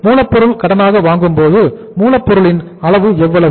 மூலப்பொருள் கடனாக வாங்கும் போது மூலப்பொருட்களின் அளவு எவ்வளவு